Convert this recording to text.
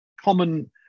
common